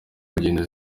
kugenda